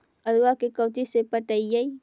आलुआ के कोचि से पटाइए?